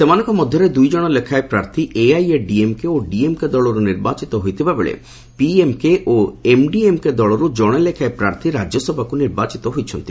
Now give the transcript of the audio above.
ସେମାନଙ୍କ ମଧ୍ୟରେ ଦୁଇ ଜଣ ଲେଖାଏଁ ପ୍ରାର୍ଥୀ ଏଆଇଏଡିଏମ୍କେ ଡିଏମ୍କେ ଦଳର୍ ନିର୍ବାଚିତ ହୋଇଥିବାବେଳେ ପିଏମ୍କେ ଓ ଏମ୍ଡିଏମ୍କେ ଦଳର୍ ଜଣେ ଲେଖାଏଁ ପ୍ରାର୍ଥୀ ରାଜ୍ୟସଭାକୁ ନିର୍ବାଚିତ ହୋଇଛନ୍ତି